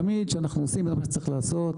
תמיד כשאנחנו עושים את מה שצריך לעשות,